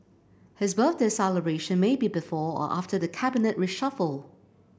his birthday celebration may be before or after the Cabinet reshuffle